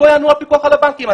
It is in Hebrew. יענה הפיקוח על הבנקים.